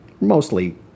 mostly